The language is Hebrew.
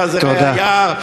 לחזירי היער,